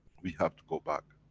we have to go back.